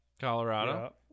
colorado